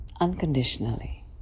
Unconditionally